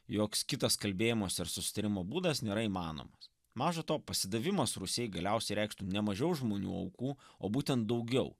joks kitas kalbėjimosi ar susitarimo būdas nėra įmanomas maža to pasidavimas rusijai galiausiai reikštų ne mažiau žmonių aukų o būtent daugiau